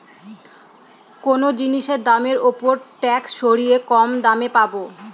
কোনো জিনিসের দামের ওপর ট্যাক্স সরিয়ে কম দামে পাবো